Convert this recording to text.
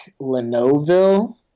Lenoville